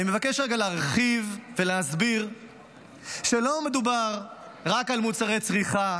אני מבקש רגע להרחיב ולהסביר שלא מדובר רק על מוצרי צריכה,